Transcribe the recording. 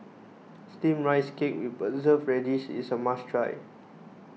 Steamed Rice Cake with Preserved Radish is a must try